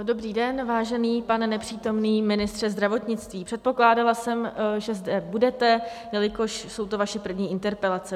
Dobrý den, vážený pane nepřítomný ministře zdravotnictví, předpokládala jsem, že zde budete, jelikož jsou to vaše první interpelace.